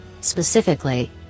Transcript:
Specifically